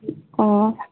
অঁ